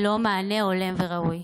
ללא מענה הולם וראוי.